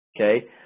Okay